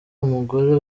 umugore